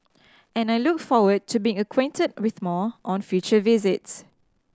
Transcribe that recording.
and I look forward to being acquainted with more on future visits